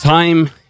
Time